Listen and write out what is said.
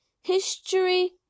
history